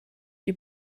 die